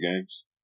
games